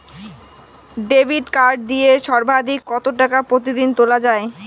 Debit card দিয়ে সর্বাধিক কত টাকা প্রতিদিন তোলা য়ায়?